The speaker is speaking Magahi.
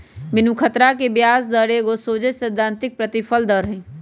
बिनु खतरा के ब्याज दर एगो सोझे सिद्धांतिक प्रतिफल दर हइ